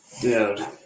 Dude